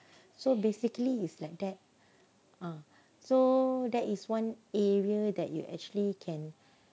so basically is like that ah so that is one area that you actually can